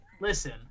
listen